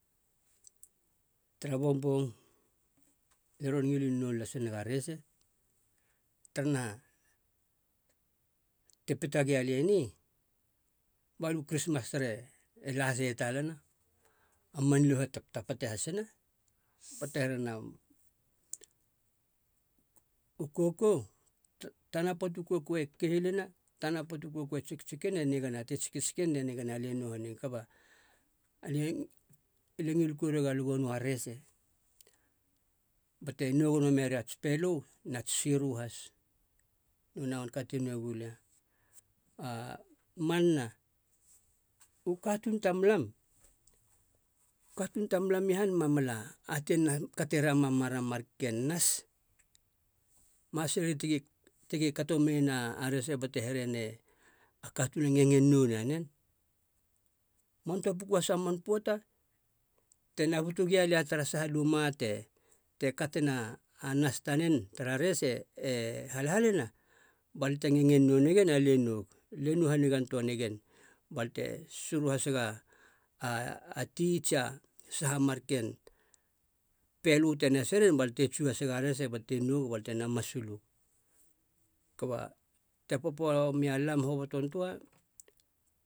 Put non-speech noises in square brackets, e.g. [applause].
Tara bongbong lie ron ngilin nou las nega rese. Taranaha, te pita gia lie ni, baliu krismas tare lasei talana a man liho e taptapate hasina. Bate here na, u kokou, [hesitation] tana poata u kokou e kihilina tana poata u kokou e tsiktsikina e nigana te tsiktsik lie nou hanigag, kaba alie alie ngil korueg alie go nou a rese bate nou gono meri ats pelö nats siro has, nonei a manka te nou gulia. [hesitation] manana, u katuun tamlam u katuun tamlam i han ma mala atein nas katera mamana marken nas. Ma atei sileri tigi tigi kato meien a rese bate here ne a katuun e ngengen nou nanen. Man toa puku has a man poata tena butu gialia tara saha marken luma te katena a nas tanen tara rese e halhalina balia te ngengem nou nagen, alie noug alie nou hanigan töa negen bal te siru hasega balia te siru hasega a ti tsi a saha marken pelu te naseren balia te tsu hasega rese balia te nou batena masulug. Kaba te popo hoboton toa mia lam hoboton toa